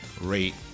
rate